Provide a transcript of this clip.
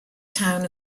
town